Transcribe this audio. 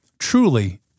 Truly